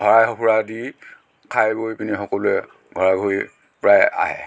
শৰাই সঁফুৰা দি খাই বৈ পিনি সকলোৱে ঘৰা ঘৰি প্ৰায় আহে